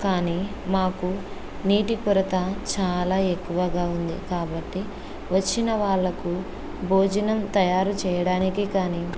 కానీ మాకు నీటి కొరత చాలా ఎక్కువగా ఉంది కాబట్టి వచ్చిన వాళ్ళకు భోజనం తయారు చేయడానికి కానీ